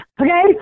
okay